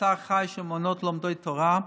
בבשר החי של מעונות לומדי התורה,